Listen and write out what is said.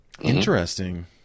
Interesting